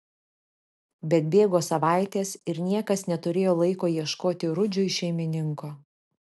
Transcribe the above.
bet bėgo savaitės ir niekas neturėjo laiko ieškoti rudžiui šeimininko